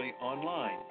online